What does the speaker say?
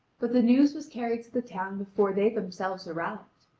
but the news was carried to the town before they themselves arrived.